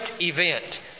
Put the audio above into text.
event